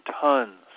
tons